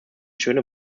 schöne